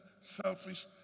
selfish